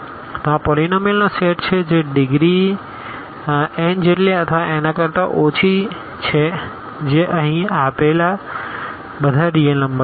તો આ પોલીનોમીઅલ નો સેટ છે જેની ડીગરી n જેટલી અથવા એના કરતા ઓછી છે જે અહી આપેલા બધા રીઅલ નંબર છે